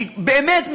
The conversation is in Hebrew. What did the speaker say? באמת,